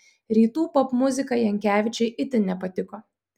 rytų popmuzika jankevičiui itin nepatiko